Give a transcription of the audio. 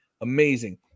amazing